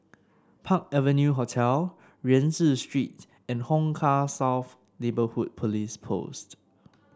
Park Avenue Hotel Rienzi Street and Hong Kah South Neighbourhood Police Post